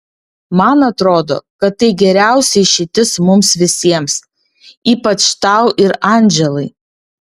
man atrodo kad tai geriausia išeitis mums visiems ypač tau ir andželai